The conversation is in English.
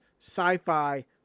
sci-fi